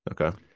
okay